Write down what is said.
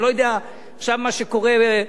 אני לא יודע מה קורה עכשיו,